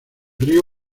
río